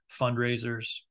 fundraisers